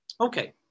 Okay